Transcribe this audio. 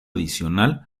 adicional